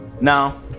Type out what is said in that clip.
Now